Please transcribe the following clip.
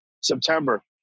September